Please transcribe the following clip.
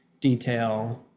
detail